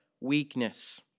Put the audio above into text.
weakness